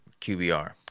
QBR